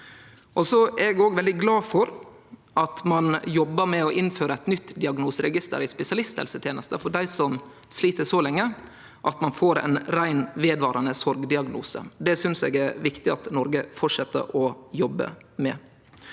Eg er veldig glad for at ein jobbar med å innføre eit nytt diagnoseregister i spesialisthelsetenesta for dei som slit så lenge at ein får ein rein vedvarande sorgdiagnose. Det synest eg er viktig at Noreg fortset å jobbe med.